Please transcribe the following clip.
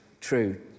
true